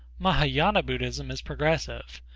mahayana buddhism is progressive.